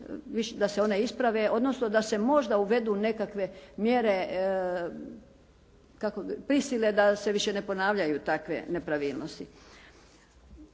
da se one isprave, odnosno da se uvedu možda nekakve mjere prisile da se više ne ponavljaju takve nepravilnosti.